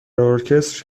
ارکستر